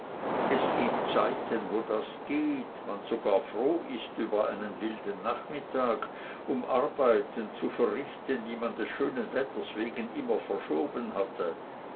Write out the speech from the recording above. es gibt zeiten wo das geht man sogar froh ist über einen wilden nachmittag um arbeiten zu verrichten die man des schönen wetters wegen immer verschoben hatte